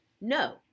No